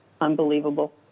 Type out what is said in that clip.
unbelievable